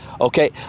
Okay